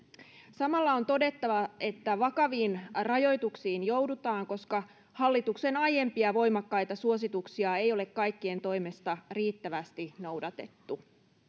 samalla on todettava että vakaviin rajoituksiin joudutaan koska hallituksen aiempia voimakkaita suosituksia ei ole kaikkien toimesta riittävästi noudatettu